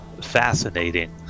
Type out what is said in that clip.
fascinating